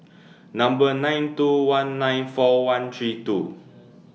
nine two one nine four one three two